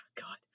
god